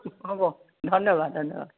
হ'ব ধন্যবাদ ধন্যবাদ